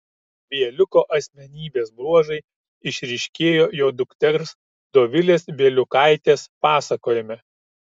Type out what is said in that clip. bieliuko asmenybės bruožai išryškėjo jo dukters dovilės bieliukaitės pasakojime